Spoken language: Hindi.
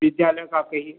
विद्यालयों का कहीं